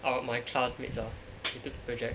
at my classmates lah you take project